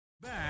Back